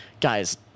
guys